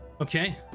Okay